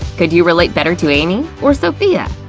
could you relate better to amy or sophia?